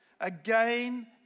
again